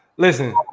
Listen